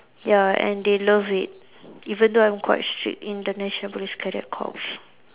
ya and they loved it even though I'm quite strict in the national police cadet corps